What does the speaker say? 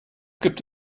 gibt